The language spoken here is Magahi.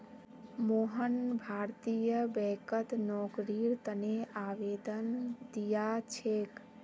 मोहन भारतीय बैंकत नौकरीर तने आवेदन दिया छे